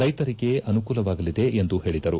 ರೈತರಿಗೆ ಅನುಕೂಲವಾಗಲಿದೆ ಎಂದು ಹೇಳದರು